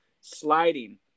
sliding